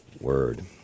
word